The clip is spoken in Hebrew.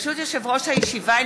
ברשות יושב-ראש הישיבה,